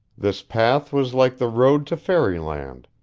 this path was like the road to fairyland